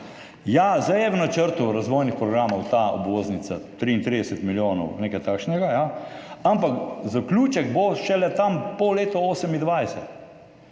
Ja, zdaj je v načrtu razvojnih programov ta obvoznica, 33 milijonov, nekaj takšnega, ampak zaključek bo šele tam po letu 2028.